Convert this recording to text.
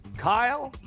kyle,